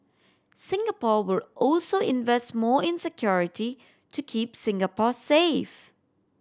Singapore will also invest more in security to keep Singapore safe